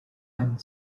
and